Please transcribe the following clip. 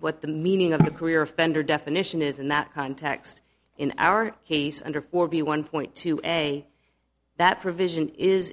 what the meaning of the career offender definition is in that context in our case under forty one point two a that provision is